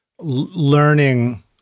learning